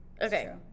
Okay